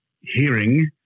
hearing